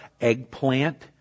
eggplant